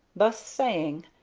thus saying,